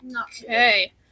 Okay